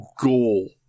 goal